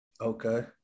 Okay